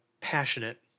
passionate